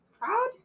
Proud